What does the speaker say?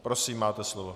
Prosím, máte slovo.